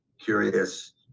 curious